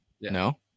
No